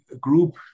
group